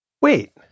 Wait